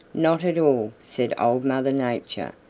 not at all, said old mother nature.